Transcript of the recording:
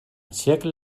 zirkel